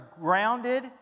grounded